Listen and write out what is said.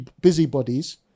busybodies